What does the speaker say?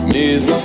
Miss